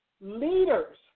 leaders